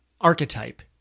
archetype